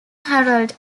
harold